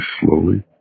slowly